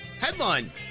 headline